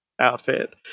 outfit